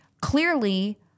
Clearly